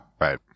Right